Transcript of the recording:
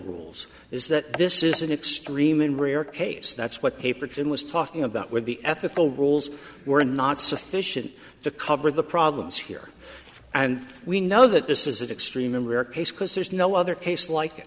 rules is that this is an extreme and rare case that's what paper tim was talking about where the ethical rules were not sufficient to cover the problems here and we know that this is an extreme and rare case because there's no other case like